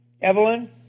Evelyn